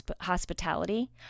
hospitality